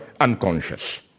unconscious